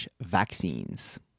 vaccines